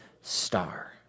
star